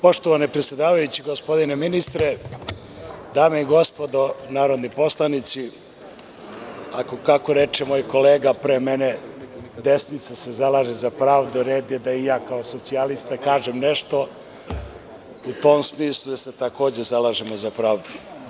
Poštovani predsedavajući, gospodine ministre, dame i gospodo narodni poslanici, kako reče moj kolega pre mene, desnica se zalaže za pravdu, red je da i ja kao socijalista kažem nešto u tom smislu, jer se takođe zalažemo za pravdu.